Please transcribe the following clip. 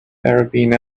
arabian